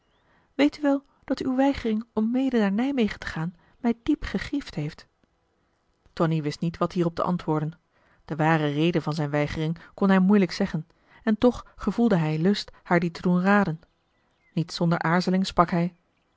weet u wel dat uw weigering om mede naar nijmegen te gaan mij diep gegriefd heeft tonie wist niet wat hierop te antwoorden de ware reden van zijn weigering kon hij moeilijk zeggen en toch gevoelde hij lust haar die te doen raden niet zonder aarzeling sprak hij